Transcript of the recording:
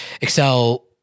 Excel